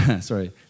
sorry